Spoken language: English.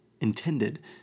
intended